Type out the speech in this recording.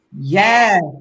yes